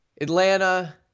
Atlanta